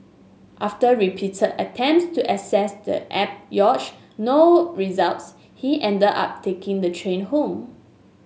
after repeated attempts to access the app yielded no results he ended up taking the train home